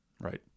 Right